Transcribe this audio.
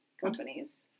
companies